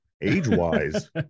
age-wise